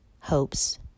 hopes